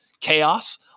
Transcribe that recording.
chaos